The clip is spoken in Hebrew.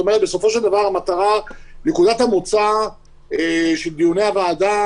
בסופו של דבר, נקודת המוצא של דיוני הוועדה